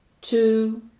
two